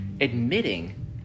admitting